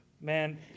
Man